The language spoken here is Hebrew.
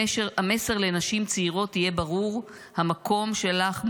המסר לנשים צעירות יהיה ברור, המקום שלך מוגבל.